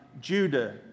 Judah